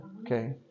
Okay